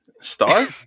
Star